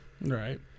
right